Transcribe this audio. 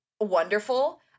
wonderful